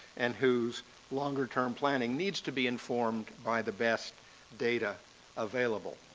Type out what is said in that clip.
and whose longer-term planning needs to be informed by the best data available.